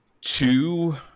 Two